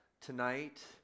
tonight